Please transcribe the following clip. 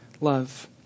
love